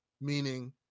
meaning